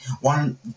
one